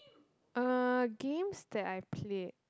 uh games that I played